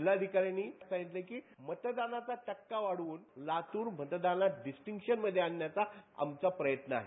जिल्हाधिकाऱ्यांनी सांगितलं की मतदानाचा टक्का वाढवून लातूर मतदारसंघाला डिस्टींक्शन मध्ये आणण्याचं आमचा प्रयत्न आहे